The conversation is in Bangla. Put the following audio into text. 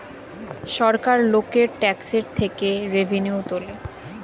সরকার লোকের ট্যাক্সের টাকা থেকে রেভিনিউ তোলে